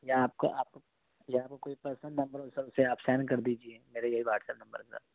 یا آپ کو آپ کو یا آپ کا کوئی پرسنل نمبر ہو سر اسے آپ سینڈ کر دیجیے میرا یہی واٹس اپ نمبر ہے سر